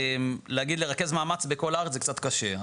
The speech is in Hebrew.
להגיד לרכז מאמץ בכל הארץ זה קצת קשה,